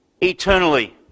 eternally